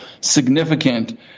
significant